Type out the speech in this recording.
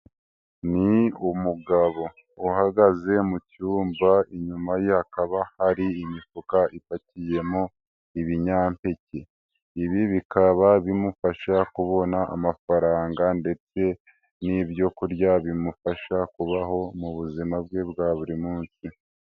Ni umugabo uhagaze mu cyumba inyuma ye hakaba hari imifuka ifatiyemo ibinyampeke, ibi bikaba bimufasha kubona amafaranga ndetse n'ibyo kurya bimufasha kubaho mu buzima bwe bwa buri munsi.